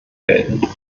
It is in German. gelten